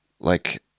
like-